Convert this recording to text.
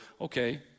okay